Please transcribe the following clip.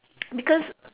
because